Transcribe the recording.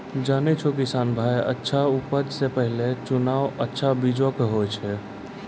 जानै छौ किसान भाय अच्छा उपज के पहलो चुनाव अच्छा बीज के हीं होय छै